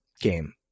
game